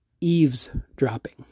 eavesdropping